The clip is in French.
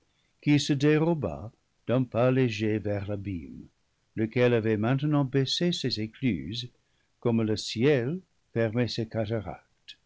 qui se déroba d'un pas léger vers l'abîme lequel avait mainte nant baissé ses écluses comme le ciel fermé ses cataractes